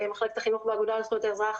מחלקת החינוך לאגודה לזכויות האזרח